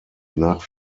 nach